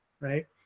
right